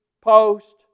post